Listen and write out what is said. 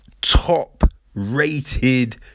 top-rated